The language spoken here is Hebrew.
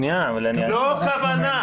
שנייה --- לא כוונה.